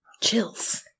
Chills